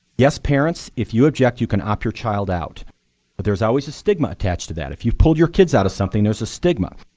yes, parents, if you object you can opt your child out, but there is always a stigma attached to that. if you've pulled your kids out of something there is a stigma.